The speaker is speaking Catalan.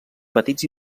petits